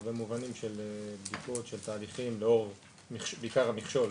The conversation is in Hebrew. בהרבה מובנים של בדיקות של תהליכים בעיקר המכשול